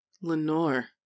Lenore